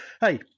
hey